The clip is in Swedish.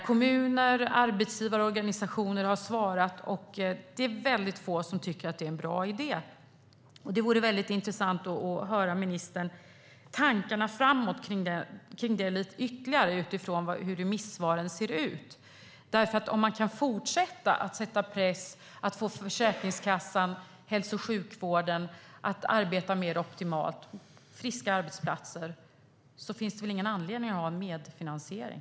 Kommuner och arbetsgivarorganisationer har svarat, och det är väldigt få som tycker att det är en bra idé. Det vore intressant att få höra vad ministern har för tankar framåt utifrån remissvaren. Om man kan fortsätta att sätta press på Försäkringskassan och hälso och sjukvården för att arbeta mer optimalt - friska arbetsplatser - finns det väl ingen anledning att ha en medfinansiering.